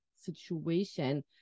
situation